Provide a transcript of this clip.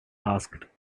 asked